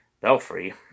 belfry